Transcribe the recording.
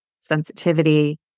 sensitivity